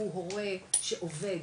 הוא הורה שעובד,